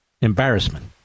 embarrassment